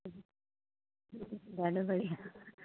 ॾाढो बढ़िया